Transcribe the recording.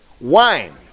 Wine